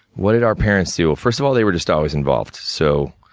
what did our parents do? well, first of all, they were just always involved, so,